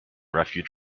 refuge